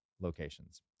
locations